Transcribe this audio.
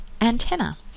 antenna